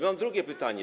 Mam drugie pytanie.